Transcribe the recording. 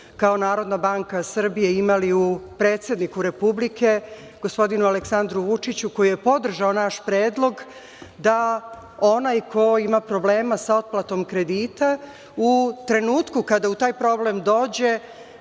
kao NBS imali u predsedniku Republike gospodinu Aleksandru Vučiću, koji je podržao naš predlog da onaj ko ima problema sa otplatom kredita u trenutku kada u taj problem dođe